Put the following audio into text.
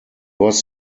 was